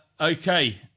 Okay